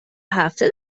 هفته